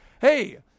hey